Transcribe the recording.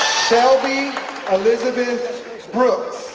shelby elizabeth brooks,